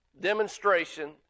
demonstration